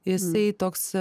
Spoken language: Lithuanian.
jisai toks